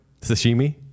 Sashimi